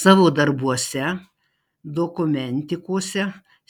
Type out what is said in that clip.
savo darbuose dokumentikose